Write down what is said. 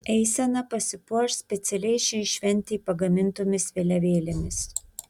eisena pasipuoš specialiai šiai šventei pagamintomis vėliavėlėmis